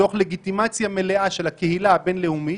תוך לגיטימציה מלאה של הקהילה הבינלאומית,